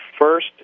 first